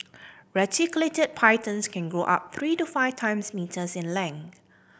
reticulated pythons can grow up three to five times metres in length